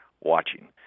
watching